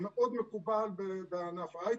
זה מאוד מקובל בענף ההיי-טק.